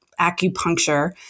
acupuncture